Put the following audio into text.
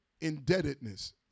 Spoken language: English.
indebtedness